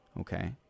Okay